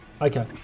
Okay